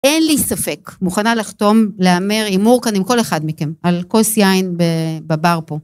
אין לי ספק, מוכנה לחתום להמר הימור כאן עם כל אחד מכם על כוס יין בבר פה.